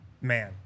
man